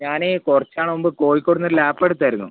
ഞാൻ കുറച്ചുനാൾ മുമ്പ് കോഴിക്കോടുനിന്നൊരു ലാപ്പെടുത്തായിരുന്നു